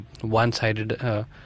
one-sided